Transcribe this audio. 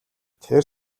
тэр